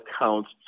accounts